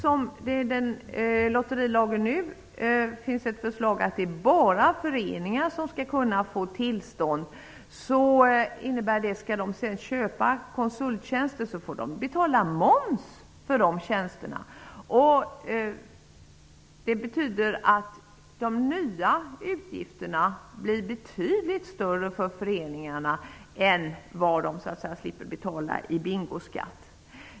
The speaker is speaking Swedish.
Men det blir det inte -- nu finns det ett förslag att det är bara föreningar som skall kunna få tillstånd. Skall de sedan köpa konsulttjänster får de betala moms för de tjänsterna. Det betyder att de nya utgifterna för föreningarna blir betydligt större än de belopp de slipper betala i bingoskatt.